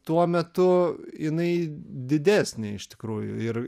tuo metu jinai didesnė iš tikrųjų ir